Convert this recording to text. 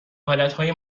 حالتهای